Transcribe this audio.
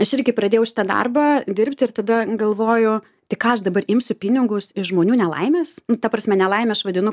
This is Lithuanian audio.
aš irgi pradėjau šitą darbą dirbti ir tada galvoju tai ką aš dabar imsiu pinigus iš žmonių nelaimės ta prasme nelaime aš vadinu